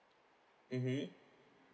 mmhmm